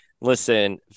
listen